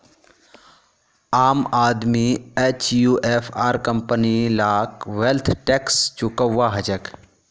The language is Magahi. आम आदमी एचयूएफ आर कंपनी लाक वैल्थ टैक्स चुकौव्वा हछेक